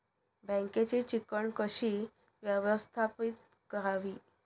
बँकेची चिकण कशी व्यवस्थापित करावी?